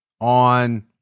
on